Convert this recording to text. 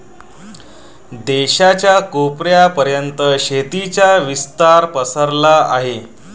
देशाच्या कोपऱ्या पर्यंत शेतीचा विस्तार पसरला आहे